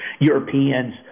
Europeans